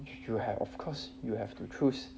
you have of course you have to choose